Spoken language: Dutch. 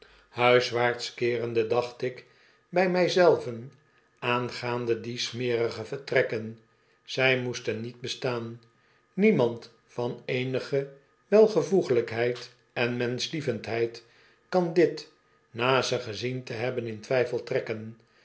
huiswaarts ke erende dacht ik bij mij zei ven aangaande die smerige vertrekken zij moesten niet bestaan niemand van eenige welvoeglijkheid en menschlievendheid kan dit na ze gezien te hebben in twijfel trekken